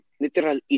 literal